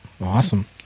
Awesome